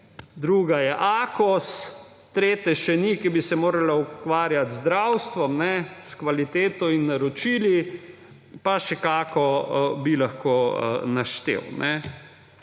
druga je Akos, tretje še ni, ki bi se morala ukvarjati z zdravstvom, s kvaliteto in naročili, pa še kakšno bi lahko naštel.